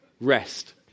rest